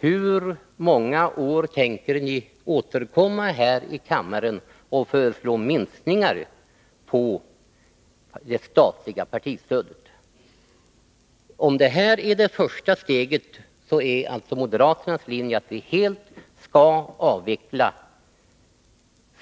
Hur många år tänker ni återkomma här i kammaren och föreslå minskningar av det statliga partistödet? Om det här är det första steget, är ju moderaternas linje att vi helt skall avveckla